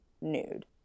nude